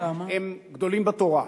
הם גדולים בתורה.